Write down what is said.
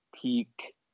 peak